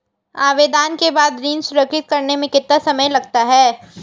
आवेदन के बाद ऋण स्वीकृत करने में कितना समय लगता है?